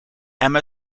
emma